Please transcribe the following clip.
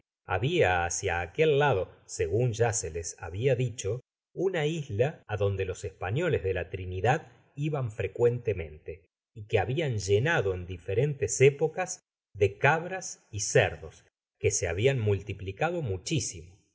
habia hacia aquel lado segun ya se les habia dicho una isla adonde los españoles de la de la trinidad iban frecuentemente y que habian llenado en diferentes épocas de cabras y cerdos que se habian multiplicado muchisimo